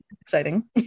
exciting